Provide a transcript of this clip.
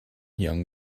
young